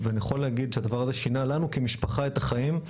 ואני יכול להגיד שהדבר הזה שינה לנו כמשפחה את החיים.